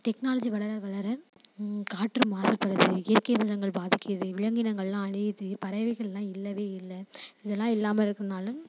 technology வளர வளர காற்று மாசுபடுது இயற்கை வளங்கள் பாதிக்கிறது விலங்கினங்கள்லாம் அழியுது பறவைகள்லாம் இல்லவே இல்லை இதெல்லாம் இல்லாமல் இருக்கறனால்